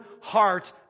heart